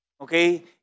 Okay